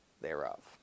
thereof